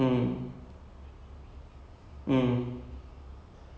like even like friends right they had to let go of something in the end